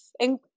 and-